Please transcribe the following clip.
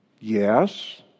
Yes